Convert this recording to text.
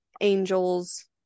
angels